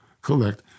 collect